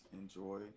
enjoy